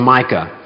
Micah